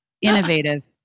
innovative